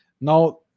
Now